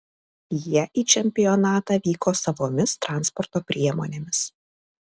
jie į čempionatą vyko savomis transporto priemonėmis